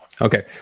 Okay